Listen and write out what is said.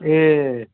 ए